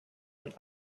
man